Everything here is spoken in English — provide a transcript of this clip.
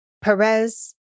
Perez